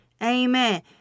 Amen